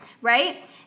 right